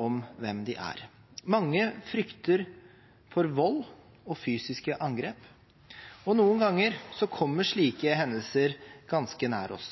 om hvem de er. Mange frykter for vold og fysiske angrep, og noen ganger kommer slike hendelser ganske nær oss.